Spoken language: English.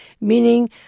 meaning